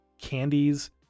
candies